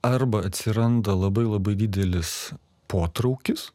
arba atsiranda labai labai didelis potraukis